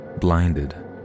blinded